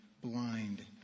blind